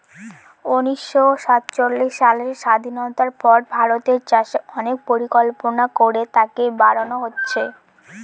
উনিশশো সাতচল্লিশ সালের স্বাধীনতার পর ভারতের চাষে অনেক পরিকল্পনা করে তাকে বাড়নো হয়েছে